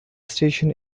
station